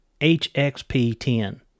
HXP10